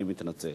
אני מתנצל.